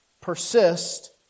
persist